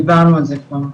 דיברנו על זה כבר,